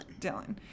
Dylan